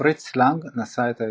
ופריץ לנג נשא את ההספד.